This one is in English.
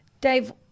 Dave